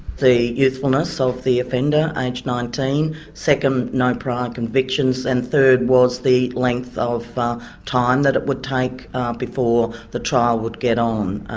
the youthfulness so of the offender, aged nineteen second, no prior convictions, and third was the length of but time that it would take before the trial would get on.